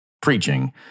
preaching